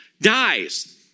dies